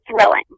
thrilling